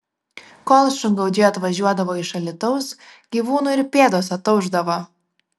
kol šungaudžiai atvažiuodavo iš alytaus gyvūnų ir pėdos ataušdavo